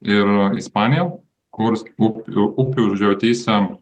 ir ispanija kur upių žiotyse